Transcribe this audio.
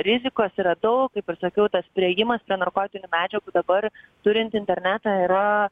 rizikos yra daug kaip ir sakiau tas priėjimas prie narkotinių medžiagų dabar turint internetą yra